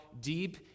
deep